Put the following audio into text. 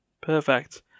perfect